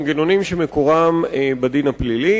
מנגנונים שמקורם בדין הפלילי.